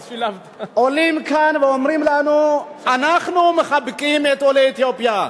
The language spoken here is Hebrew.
עולים כאן ואומרים לנו: אנחנו מחבקים את עולי אתיופיה.